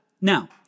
Now